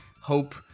hope